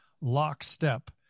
lockstep